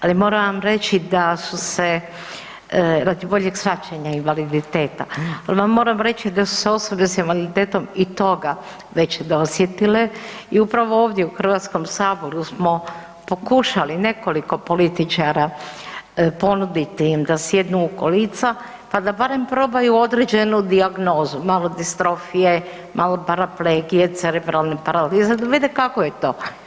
Ali moram vam reći da su se radi boljeg shvaćanja invaliditeta, ali vam moram reći da su se osobe s invaliditetom i toga već dosjetile i upravo ovdje u Hrvatskom saboru smo pokušali nekoliko političara ponuditi im da sjednu u kolica, pa da barem probaju određenu dijagnozu, malo distrofije, malo paraplegije, cerebralne paralize da vide kako je to.